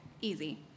Easy